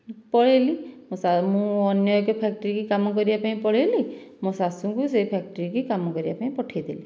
ପଳାଇଲି ମୋ ସାର୍ ମୁଁ ଅନ୍ୟ ଏକ ଫ୍ୟାକ୍ଟ୍ରି କି କାମ କରିବା ପାଇଁ ପଳାଇଲି ମୋ ଶାଶୁଙ୍କୁ ସେ ଫ୍ୟାକ୍ଟ୍ରି କି କାମ କରିବାକୁ ପଠାଇଦେଲି